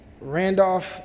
Randolph